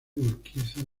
urquiza